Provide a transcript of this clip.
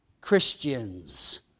Christians